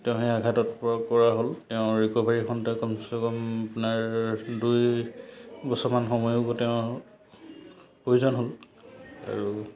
তেওঁ সেই আঘাত হ'ল তেওঁ ৰিকভাৰী হওতে কমচেকম আপোনাৰ দুই বছৰমান সময়ো তেওঁ প্ৰয়োজন হ'ল আৰু